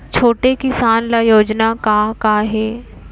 छोटे किसान ल योजना का का हे?